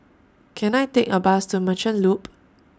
Can I Take A Bus to Merchant Loop